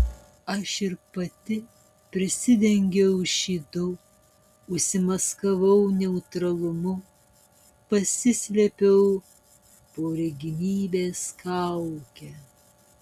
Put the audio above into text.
aš ir pati prisidengiau šydu užsimaskavau neutralumu pasislėpiau po regimybės kauke